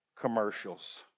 commercials